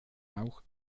auch